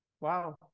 Wow